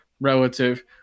relative